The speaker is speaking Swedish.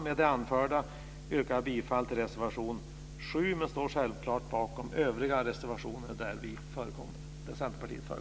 Med det anförda yrkar jag bifall till reservation 7 men står självklart också bakom övriga reservationer undertecknade av centerpartister.